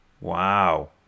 wow